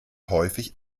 häufig